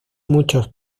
muchos